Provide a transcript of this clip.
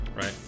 right